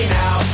now